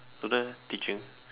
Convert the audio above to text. don't know eh teaching